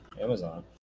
Amazon